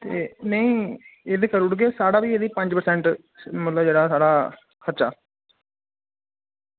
ते नेईं एह् ते करी ओड़गे साढ़ा बी एह्दे च पंज परसैंट मतलब जेह्ड़ा साढ़ा खर्चा